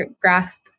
grasp